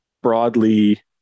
broadly